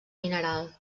mineral